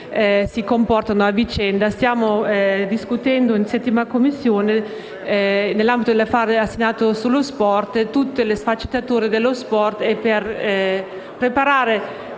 si influenzano a vicenda, stiamo discutendo in 7a Commissione, nell'ambito dell'affare assegnato sullo sport, di tutte le sfaccettature dello sport, per preparare